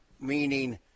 meaning